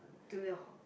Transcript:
to the ho~